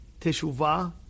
Teshuvah